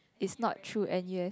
it's not through N_U_S